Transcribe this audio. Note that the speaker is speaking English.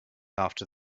after